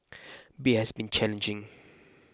be has been challenging